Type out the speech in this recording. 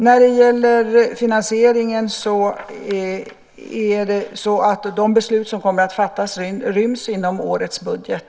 När det gäller finansieringen är det så att de beslut som kommer att fattas ryms inom årets budget.